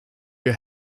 your